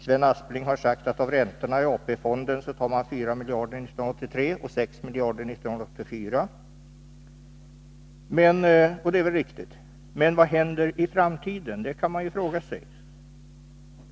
Sven Aspling har sagt att av räntorna i ATP-fonden tar man 4 miljarder 1983 och 6 miljarder 1984, och det är väl riktigt. Men vad händer i framtiden? Det kan man fråga sig.